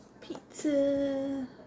Pizza